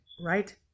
right